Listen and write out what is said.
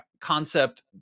concept